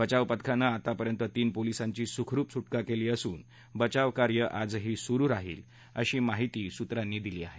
बचाव पथकानं आतापर्यंत तीन पोलीसांची सुखरुप सुटका केली असून बचाव कार्य आजही सुरु राहील अशी माहिती सूत्रांनी दिली आहे